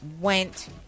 went